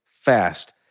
fast